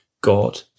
God